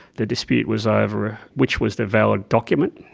the dispute was over which was the valid document,